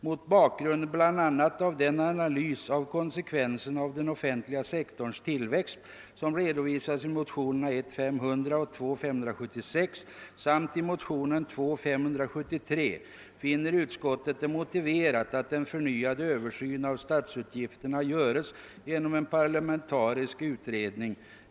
Mot bakgrund bl.a. av den analys av konsekvenserna av den offentliga sektorns tillväxt som redovisas i motionerna 1:500 och II: 576 samt i motionen II: 573 finner utskottet det motiverat att en förnyad översyn av statsutgifterna görs genom en parlamentarisk utredning.